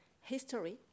history